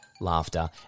laughter